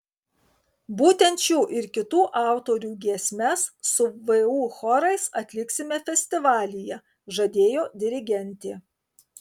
būtent šių ir kitų autorių giesmes su vu chorais atliksime festivalyje žadėjo dirigentė